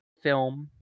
film